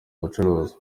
bucuruzi